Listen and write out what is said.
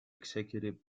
executive